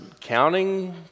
Counting